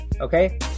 okay